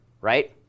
right